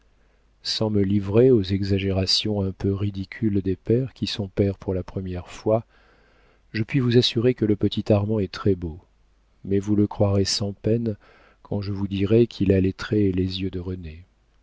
sans me livrer aux exagérations un peu ridicules des pères qui sont pères pour la première fois je puis vous assurer que le petit armand est très-beau mais vous le croirez sans peine quand je vous dirai qu'il a les traits et les yeux de renée